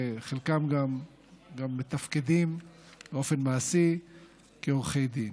וחלקם גם מתפקדים באופן מעשי כעורכי דין.